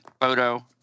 photo